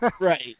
right